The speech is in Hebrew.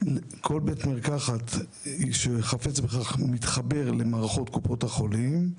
כל בית מרקחת שחפץ בכך מתחבר למערכות קופות החולים.